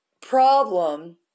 problem